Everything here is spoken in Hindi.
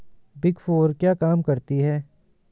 बिग फोर क्या काम करती है?